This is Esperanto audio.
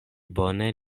bone